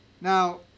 Now